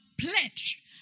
pledge